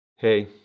Hey